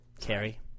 Carrie